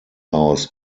aus